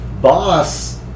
Boss